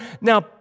Now